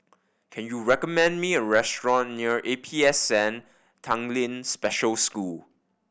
can you recommend me a restaurant near A P S N Tanglin Special School